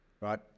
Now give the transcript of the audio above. right